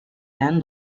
ten